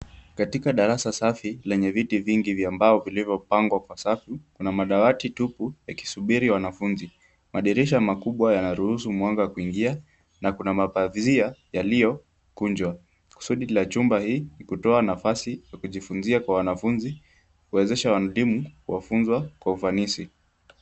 Katika darasa safi lenye viti vingi vya mbao vilivyopangwa kwa safu na madawati tupu yakisubiri wanafunzi. Madirisha makubwa yanaruhusu mwanga kuingia na kuna mapazia yaliyokunjwa kusudi la chumba hii kutoa nafasi ya kujifunzia kwa wanafunzi kuwezesha walimu kuwafunza kwa ufanisi.